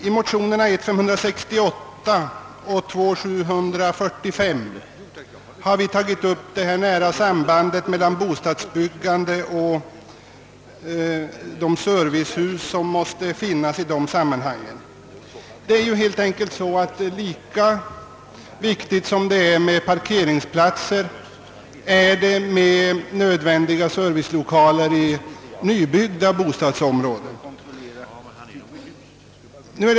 I motionerna 1: 568 och II: 745 har vi tagit upp det nära sambandet mellan bostadsbyggandet och de servicehus, som måste finnas i anknytning därtill. Det är ju så, att i nybyggda bostadsområden är servicelokaler lika nödvändiga som parkeringsplatser.